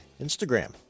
Instagram